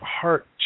heart